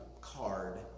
card